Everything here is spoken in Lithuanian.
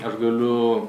aš galiu